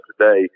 today